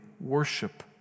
worship